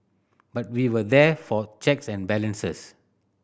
but we were there for checks and balances